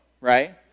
right